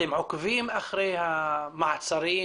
אתם עוקבים אחרי המעצרים,